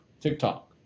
TikTok